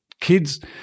kids